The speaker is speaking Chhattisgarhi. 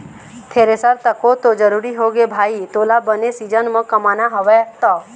थेरेसर तको तो जरुरी होगे भाई तोला बने सीजन म कमाना हवय त